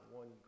one